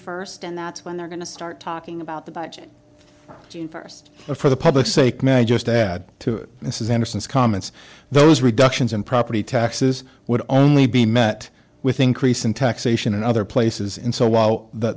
first and that's when they're going to start talking about the budget june first for the public's sake may i just add to this is anderson's comments those reductions in property taxes would only be met with increasing taxation in other places in so while